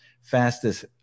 fastest